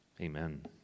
Amen